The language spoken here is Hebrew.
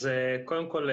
אז קודם כול,